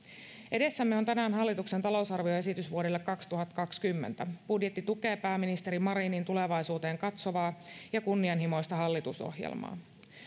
edessämme on tänään hallituksen talousarvioesitys vuodelle kaksituhattakaksikymmentä budjetti tukee pääministeri marinin tulevaisuuteen katsovaa ja kunnianhimoista hallitusohjelmaa